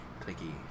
clicky